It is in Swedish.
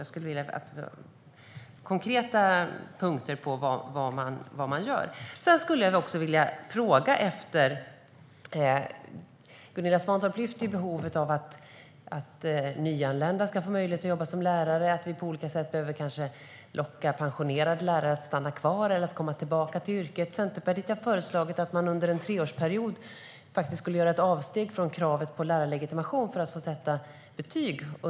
Jag skulle vilja höra om några konkreta punkter på vad man gör. Gunilla Svantorp lyfter fram behovet av att nyanlända får möjlighet att jobba som lärare och av att vi på olika sätt lockar pensionerade lärare att stanna kvar eller komma tillbaka till yrket. Centerpartiet har föreslagit att man under en treårsperiod gör ett avsteg från kravet på lärarlegitimation för betygsättning.